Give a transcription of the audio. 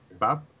Bob